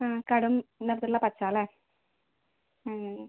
കടും നിറത്തിലുള്ള പച്ച അല്ലേ ഉം